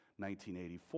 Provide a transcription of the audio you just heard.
1984